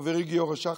חברי גיורא שחם,